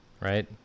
right